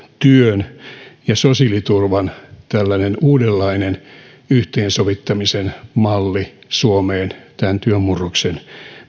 työn ja sosiaaliturvan uudenlaisen yhteensovittamisen mallin suomeen tämän työn murroksen